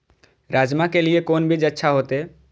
राजमा के लिए कोन बीज अच्छा होते?